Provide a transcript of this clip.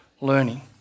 learning